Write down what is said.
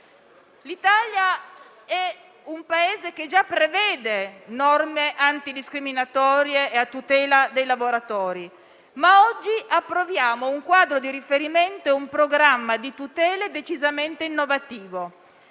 L'Italia è un Paese che già prevede norme antidiscriminatorie e a tutela dei lavoratori, ma oggi approviamo un quadro di riferimento e un programma di tutela decisamente innovativo.